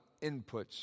inputs